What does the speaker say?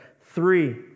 Three